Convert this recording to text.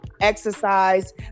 exercise